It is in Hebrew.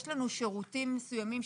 יש לנו שירותים מסוימים,